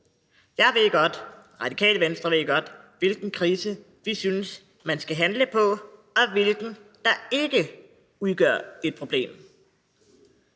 ved godt, hvilken krise vi synes man skal handle på, og hvilken der ikke udgør et problem.